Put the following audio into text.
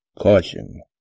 CAUTION